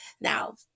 Now